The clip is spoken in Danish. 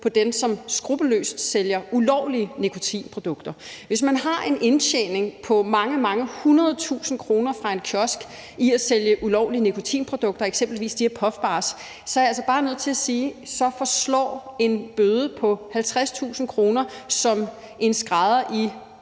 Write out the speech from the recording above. på dem, som skruppelløst sælger ulovlige nikotinprodukter. Hvis man har en indtjening på mange hundredtusinde kroner fra en kiosk på at sælge ulovlige nikotinprodukter, eksempelvis de her Puff Bars, så er jeg altså bare nødt til at sige, at så forslår en bøde på 50.000 kr. som en skrædder